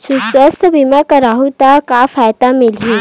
सुवास्थ बीमा करवाहू त का फ़ायदा मिलही?